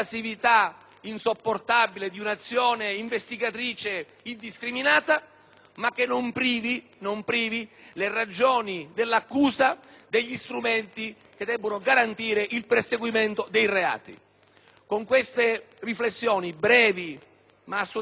ma che non privi le ragioni dell'accusa degli strumenti per garantire il perseguimento dei reati. Concludo con queste riflessioni brevi ma assolutamente oneste, che contano pure sulla sua disponibilità al dialogo,